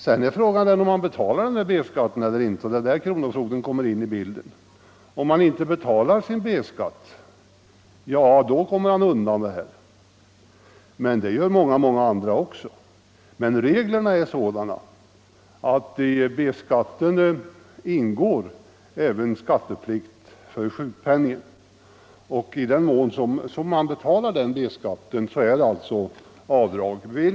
Sedan är frågan om han betalar denna B-skatt eller inte, och det är där kronofogden kommer in i bilden. Om den skattskyldige inte betalar sin B-skatt så kommer han naturligtvis undan skatt på sjukpenningen. Men det är också många andra som inte betalar sin B-skatt. Reglerna är dock sådana att i B-skatten ingår även skatteplikt för sjukpenningen. I den mån man betalar sin B-skatt betalar man alltså också skatt på sjukpenningen.